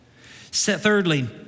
Thirdly